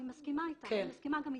אני מסכימה איתך ואני מסכימה גם איתם.